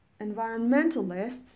Environmentalists